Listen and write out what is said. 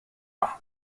dda